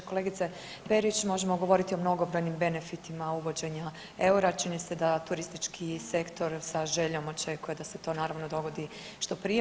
Kolegice Perić možemo govoriti o mnogobrojnim benefitima uvođenja eura, a čini se da turistički sektor sa željom očekuje da se to naravno dogodi što prije.